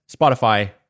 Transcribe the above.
Spotify